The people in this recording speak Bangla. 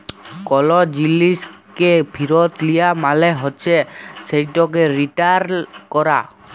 কল জিলিসকে ফিরত লিয়া মালে হছে সেটকে রিটার্ল ক্যরা